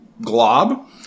Glob